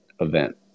event